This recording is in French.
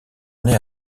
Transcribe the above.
naît